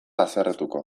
haserretuko